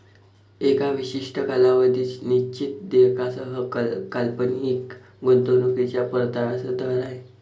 एका विशिष्ट कालावधीत निश्चित देयकासह काल्पनिक गुंतवणूकीच्या परताव्याचा दर आहे